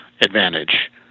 advantage